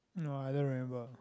no I don't remember